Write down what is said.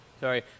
Sorry